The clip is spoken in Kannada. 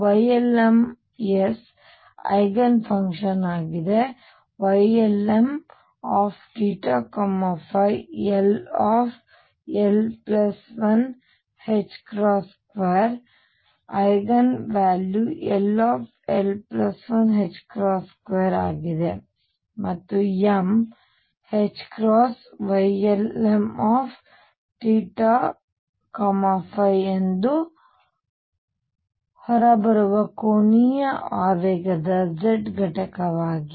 Ylms ಐಗೆನ್ ಫಂಕ್ಷನ್ ಆಗಿದೆ Ylmθϕ ll12 eigen value ll12 ಆಗಿದೆ ಮತ್ತು m Ylmθϕ ಎಂದು ಹೊರಬರುವ ಕೋನೀಯ ಆವೇಗದ z ಘಟಕದಾಗಿದೆ